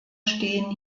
stehen